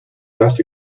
less